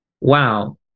wow